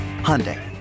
Hyundai